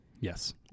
Yes